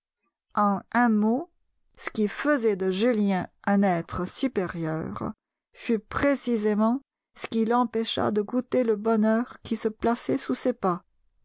en un mot ce qui faisait de julien un être supérieur fut précisément ce qui l'empêcha de goûter le bonheur qui se plaçait sous ses pas